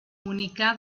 comunicar